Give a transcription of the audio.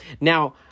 Now